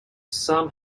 some